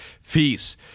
fees